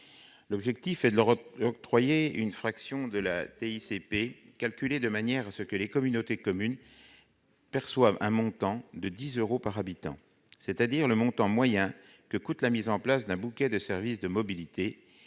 L'objectif est de leur octroyer une fraction de la TICPE calculée de manière à ce que les communautés de communes perçoivent un montant de 10 euros par habitant, c'est-à-dire le montant moyen que coûte la mise en place d'un bouquet de services de mobilité-